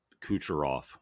Kucherov